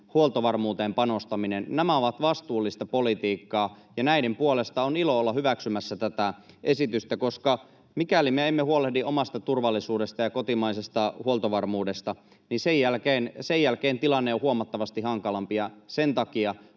huoltovarmuuteen panostaminen — ovat vastuullista politiikkaa, ja näiden puolesta on ilo olla hyväksymässä tätä esitystä, koska mikäli me emme huolehdi omasta turvallisuudesta ja kotimaisesta huoltovarmuudesta, sen jälkeen tilanne on huomattavasti hankalampi. Sen takia